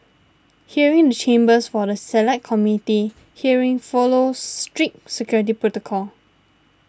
hearing the chambers for the Select Committee hearing follows strict security protocol